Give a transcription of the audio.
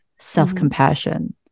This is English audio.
self-compassion